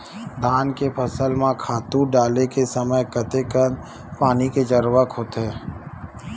धान के फसल म खातु डाले के समय कतेकन पानी के जरूरत होथे?